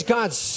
God's